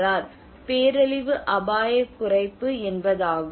R பேரழிவு அபாயக் குறைப்பு என்பது ஆகும்